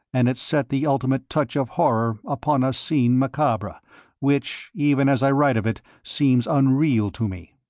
and it set the ultimate touch of horror upon a scene macabre which, even as i write of it, seems unreal to me.